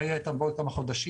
מה יהיה איתם בעוד כמה חודשים,